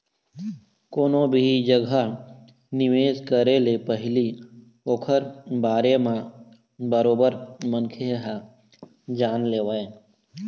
कोनो भी जघा निवेश करे ले पहिली ओखर बारे म बरोबर मनखे ह जान लेवय